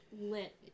Lit